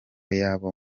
yabo